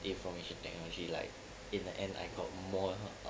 information technology like in the end I got more